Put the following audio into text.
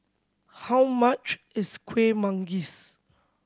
how much is Kueh Manggis